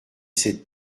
cette